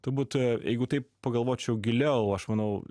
turbūt jeigu taip pagalvočiau giliau aš manau